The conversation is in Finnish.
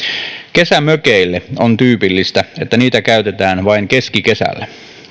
kesämökeille on tyypillistä että niitä käytetään vain keskikesällä